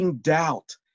doubt